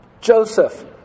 Joseph